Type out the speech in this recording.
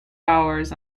hours